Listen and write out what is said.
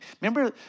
remember